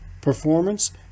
performance